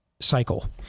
cycle